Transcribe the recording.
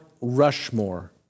Rushmore